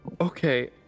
Okay